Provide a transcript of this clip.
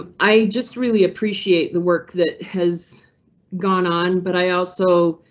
um i just really appreciate the work that has gone on, but i also,